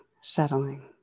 settling